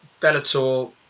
Bellator